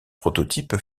prototype